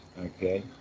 Okay